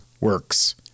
works